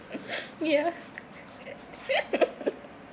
ya